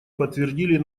подтвердили